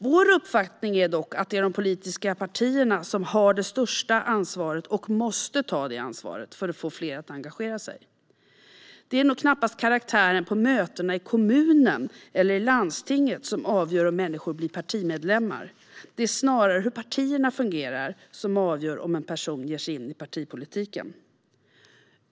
Vår uppfattning är dock att det är de politiska partierna som har det största ansvaret för att få fler att engagera sig - och att de måste ta det ansvaret. Det är knappast karaktären på mötena i kommunen eller landstinget som avgör om människor blir partimedlemmar; det är snarare hur partierna fungerar som avgör om en person ger sig in i partipolitiken.